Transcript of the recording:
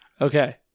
Okay